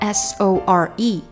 sore